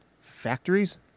Factories